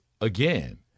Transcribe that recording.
again